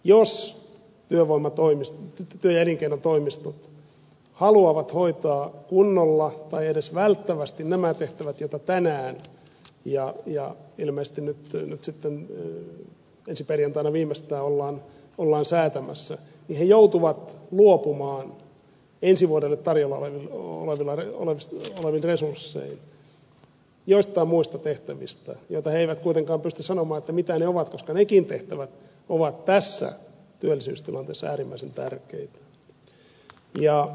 jos työ ja elinkeinotoimistot haluavat hoitaa kunnolla tai edes välttävästi nämä tehtävät joita tänään ja ilmeisesti nyt sitten ensi perjantaina viimeistään ollaan säätämässä niin he joutuvat luopumaan ensi vuodelle tarjolla olevin resurssein joistain muista tehtävistä joista he eivät kuitenkaan pysty sanomaan mitä ne ovat koska nekin tehtävät ovat tässä työllisyystilanteessa äärimmäisen tärkeitä